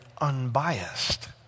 unbiased